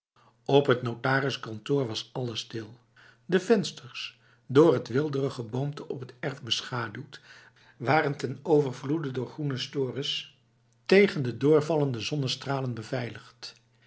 op het notariskantoor was alles stil de vensters door het weelderig geboomte op het erf beschaduwd waren ten overvloede door groene stores tegen de doorvallende zonnestralen beveiligd